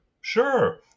Sure